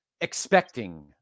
expecting